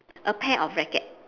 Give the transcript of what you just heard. a pair of racket